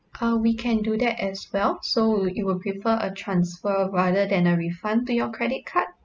uh we can do that as well so would you you would prefer a transfer rather than a refund to your credit card